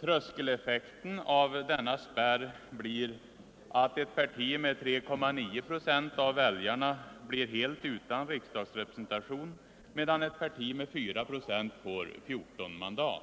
Tröskeleffekten av denna spärr blir att ett parti med 3,9 procent av väljarna blir helt utan riksdagsrepresentation medan ett parti med 4 procent får 14 mandat.